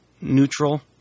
neutral